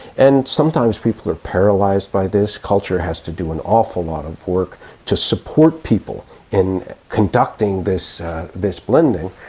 and sometimes people are paralysed by this. culture has to do an awful lot of work to support people in conducting this this blending.